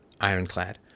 ironclad